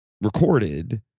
recorded